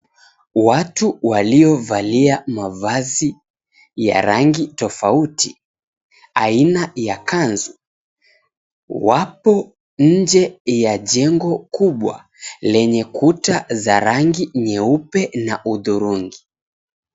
Watu waliovalia mavazi ya rangi tofauti aina ya kanzu wapo nje ya jengo kubwa lenye kuta za rangi nyeupe na hudhurungi.